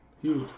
huge